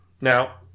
Now